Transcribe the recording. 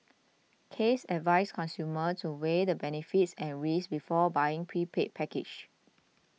case advised consumers to weigh the benefits and risks before buying prepaid packages